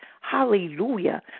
hallelujah